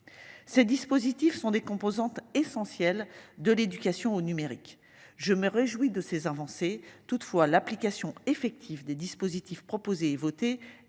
ces dispositifs sont des composantes essentielles de l'éducation au numérique. Je me réjouis de ces avancées, toutefois l'application effective des dispositifs et voter